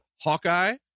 Hawkeye